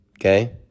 Okay